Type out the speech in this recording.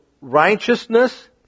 righteousness